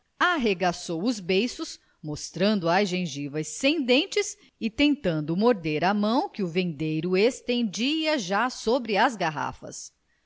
arregaçou os beiços mostrando as gengivas sem dentes e tentando morder a mão que o vendeiro estendia já sobre as garrafas